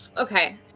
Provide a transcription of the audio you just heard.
Okay